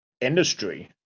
industry